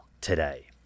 today